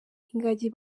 ingagi